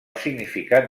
significat